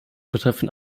betreffen